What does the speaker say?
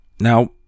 now